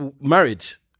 marriage